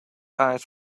eyes